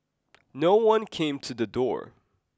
no one came to the door